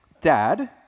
Dad